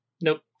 Nope